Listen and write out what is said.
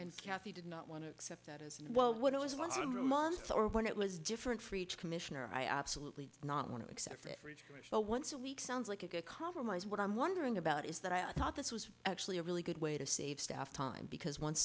and kathy did not want to accept that is what it was once a month or when it was different for each commissioner i absolutely did not want to accept it but once a week sounds like a good compromise what i'm wondering about is that i thought this was actually a really good way to save staff time because once